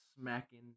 smacking